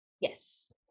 yes